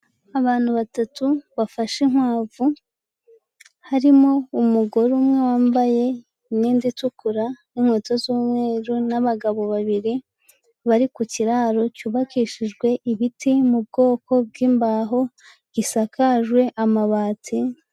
Abantu batatu bafashe inkwavu. Harimo umugore umwe wambaye imyenda itukura n'inkweto z'umweru, n'abagabo babiri bari ku kiraro cyubakishijwe ibiti mu bwoko bw'imbaho gisakajwe amabati.